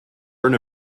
learn